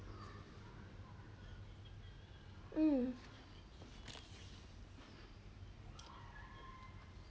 um